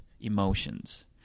emotions